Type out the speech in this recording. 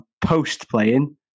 post-playing